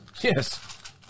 Yes